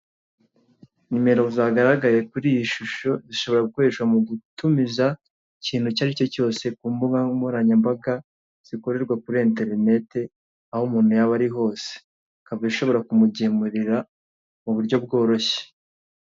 Nimero zagaragaye kuri iyi shusho zishobora gukoreshwa mu gutumiza ikinti icyo ari cyo cyose ku mbugankoranyambaga zikorerwa kuri interinete aho umuntu yaba ari hose ikaba ishobora kumugemurira mu buryo bworoshye.